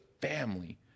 family